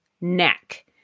neck